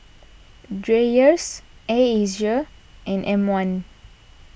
Dreyers Air Asia and M one